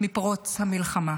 מפרוץ המלחמה.